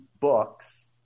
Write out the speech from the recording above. books